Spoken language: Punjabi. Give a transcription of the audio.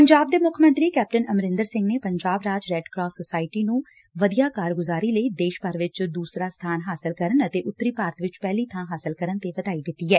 ਪੰਜਾਬ ਦੇ ਮੁੱਖ ਮੰਤਰੀ ਕੈਪਟਨ ਅਮਰਿੰਦਰ ਸਿੰਘ ਨੇ ਪੰਜਾਬ ਰਾਜ ਰੈਡ ਕਰਾਸ ਸੋਸਾਇਟੀ ਨੂੰ ਵਧੀਆ ਕਾਰਗੁਜਾਰੀ ਲਈ ਦੇਸ਼ ਭਰ ਚ ਦੁਸਰਾ ਸਬਾਨ ਹਾਸਲ ਕਰਨ ਅਤੇ ਉੱਤਰੀ ਭਾਰਤ ਵਿਚ ਪਹਿਲੀ ਬਾਂ ਹਾਸਲ ਕਰਨ ਤੇ ਵਧਾਈ ਦਿੱਤੀ ਐ